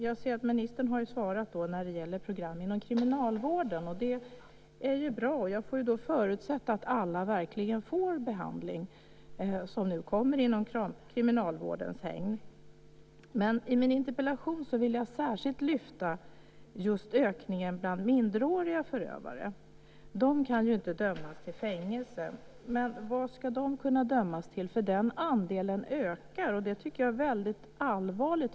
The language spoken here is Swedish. Jag ser att ministern har svarat när det gäller program inom kriminalvården, och det är bra. Jag får då förutsätta att alla som kommer i kriminalvårdens hägn verkligen får behandling. I min interpellation ville jag särskilt lyfta fram just ökningen av antalet minderåriga förövare. De kan ju inte dömas till fängelse. Men vad ska de kunna dömas till? Den andelen ökar ju. Detta tycker jag är väldigt allvarligt.